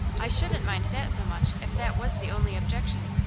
i shouldn't mind that so much, if that was the only objection.